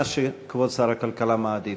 מה שכבוד שר הכלכלה מעדיף.